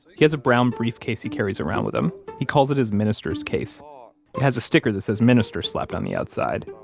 he has a brown briefcase he carries around with him. he calls it his minister's case. it has a sticker that says minister slapped on the outside,